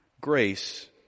grace